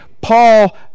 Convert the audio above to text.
Paul